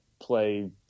play